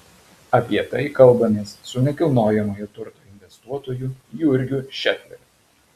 apie tai kalbamės su nekilnojamojo turto investuotoju jurgiu šefleriu